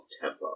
tempo